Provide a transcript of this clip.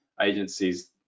agencies